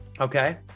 Okay